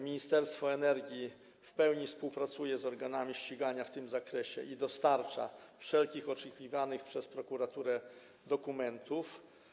Ministerstwo Energii w pełni współpracuje z organami ściągania w tym zakresie i dostarcza wszelkich oczekiwanych przez prokuraturę dokumentów.